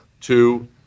Two